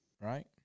right